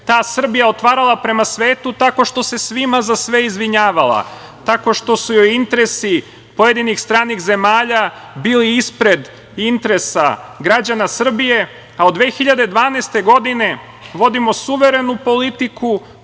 ta Srbija otvarala prema svetu tako što se svima za sve izvinjavala, tako što su joj interesi pojedinih stranih zemalja bili ispred interesa građana Srbije, a od 2012. godine vodimo suverenu politiku,